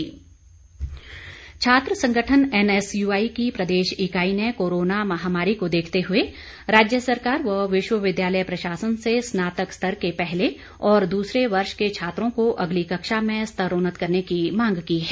NSUI छात्र संगठन NSUI की प्रदेश इकाई ने कोरोना महामारी को देखते हुए राज्य सरकार व विश्वविद्यालय प्रशासन से स्नातक स्तर के पहले और दूसरे वर्ष के छात्रों को अगली कक्षा में स्तरोन्नत करने की मांग की है